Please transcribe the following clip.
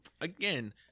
again